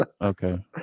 Okay